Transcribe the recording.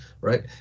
Right